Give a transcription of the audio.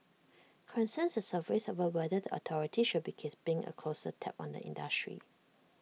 concerns surfaced over whether the authorities should be keeping A closer tab on the industry